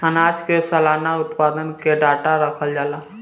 आनाज के सलाना उत्पादन के डाटा रखल जाला